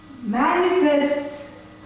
manifests